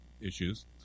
issues